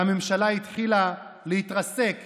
הממשלה התחילה להתרסק,